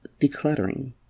decluttering